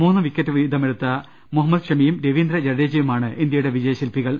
മൂന്ന് വീതം വിക്കറ്റ് എടുത്ത മുഹമ്മദ് ഷമിയും രവീന്ദ്ര ജഡേജ യുമാണ് ഇന്ത്യയുടെ വിജയ ശിൽപികൾ